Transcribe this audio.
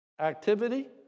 activity